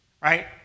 right